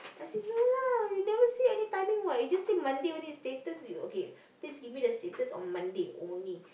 I say no lah you never say any timing what you just say Monday only status you okay please give me the status on Monday only